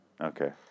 Okay